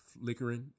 flickering